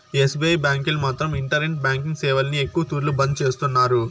SBI బ్యాంకీలు మాత్రం internet banking సేవల్ని ఎక్కవ తూర్లు బంద్ చేస్తున్నారు